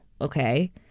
okay